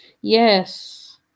yes